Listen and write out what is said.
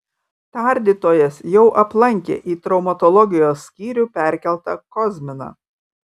tardytojas jau aplankė į traumatologijos skyrių perkeltą kozminą